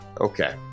Okay